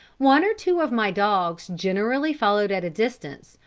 one or two of my dogs generally followed at a distance,